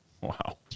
Wow